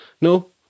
No